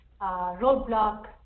roadblock